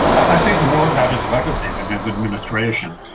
i think more about his legacy than his administration.